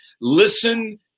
Listen